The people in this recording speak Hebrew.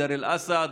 בדיר אל-אסד,